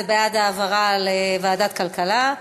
בעד העברה לוועדת הכלכלה,